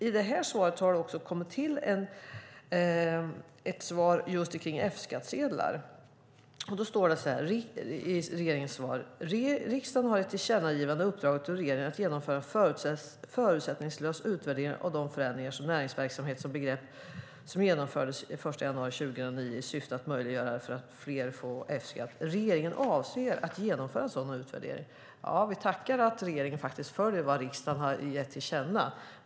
I interpellationssvaret har det kommit till ett svar om just F-skattsedlar: "Riksdagen har i ett tillkännagivande uppdragit åt regeringen att genomföra en förutsättningslös utvärdering av de förändringar av näringsverksamhetsbegreppet som genomfördes den 1 januari 2009 i syfte att göra det möjligt för fler att få F-skatt. Regeringen avser att genomföra en sådan utvärdering." Ja, vi tackar för att regeringen faktiskt följer vad riksdagen har gett till känna.